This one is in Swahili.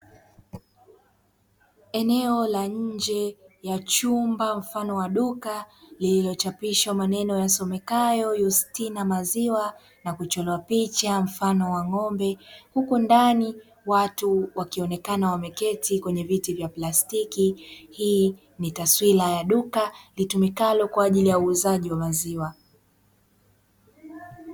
Eneo la nje ya chumba mfano wa duka; lililochapishwa maneno yasomekayo Yustina maziwa na kuchorwa picha mfano wa ng'ombe, huku ndani watu wakionekana wameketi kwenye viti vya plastiki. Hii ni taswira ya duka litumikalo kwa ajili ya uuzaji wa maziwa.